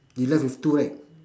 you left with two right